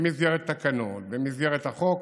במסגרת התקנות, במסגרת החוק,